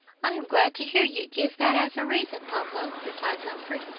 i am glad to hear you give that as a reason, pablo, replied humphrey,